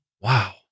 Wow